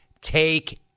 take